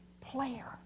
player